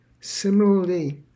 Similarly